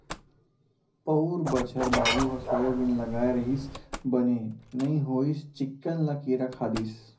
पउर बछर बाबू ह सोयाबीन लगाय रिहिस बने नइ होइस चिक्कन ल किरा खा दिस